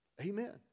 Amen